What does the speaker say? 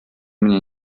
мне